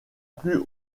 plus